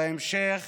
ובהמשך